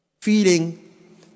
Feeling